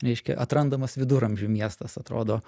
reiškia atrandamas viduramžių miestas atrodo